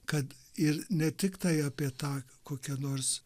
kad ir ne tiktai apie tą kokią nors